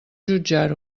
jutjar